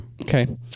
Okay